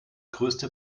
größte